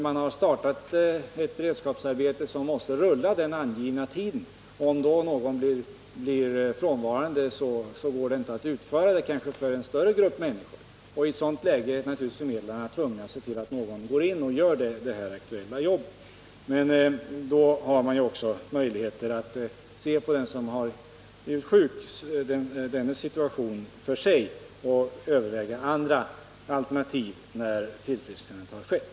Man har t.ex. startat ett beredskapsarbete som måste rulla den angivna tiden, och om då någon är frånvarande, går det inte för en större grupp människor att utföra arbetet. I ett sådant läge är förmedlaren naturligtvis tvungen att se till att någon annan går in och gör det aktuella jobbet. Men då har man naturligtvis också möjlighet att se till den som har blivit sjuk och undersöka dennes situation för sig samt överväga andra alternativ när tillfrisknandet har skett.